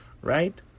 right